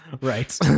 Right